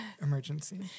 emergency